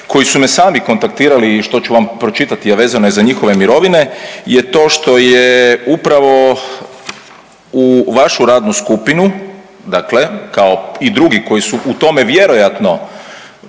koji su me sami kontaktirali što ću vam pročitati, a vezano je za njihove mirovine je to što je upravo u vašu radnu skupinu, dakle kao i drugi koji su u tome vjerojatno